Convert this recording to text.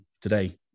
today